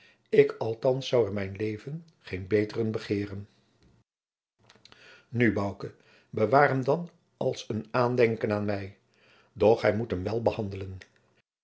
ik althands zou er mijn leven geen beteren begeeren nu bouke bewaar hem dan als een aandenken van mij doch gij moet hem wel behandelen